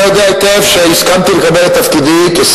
אתה יודע היטב שהסכמתי לקבל את תפקידי כשר